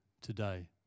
today